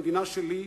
המדינה שלי,